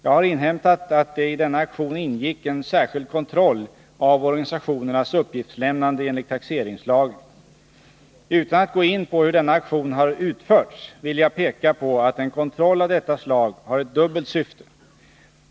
Jag har inhämtat att det i denna aktion ingick en särskild kontroll av organisationernas uppgiftslämnande enligt taxeringslagen. Utan att gå in på hur denna aktion har utförts vill jag peka på att en kontroll av detta slag har ett dubbelt syfte.